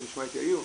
תיכף נשמע את יאיר,